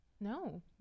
no